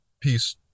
Peace